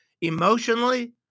Emotionally